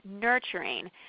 nurturing